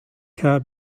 car